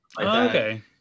okay